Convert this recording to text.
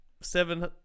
seven